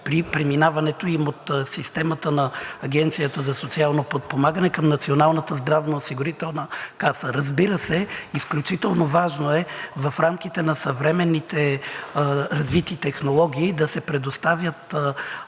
при преминаването им от системата на Агенцията за социално подпомагане към Националната здравноосигурителна каса. Разбира се, изключително важно е в рамките на съвременните развити технологии да се предоставят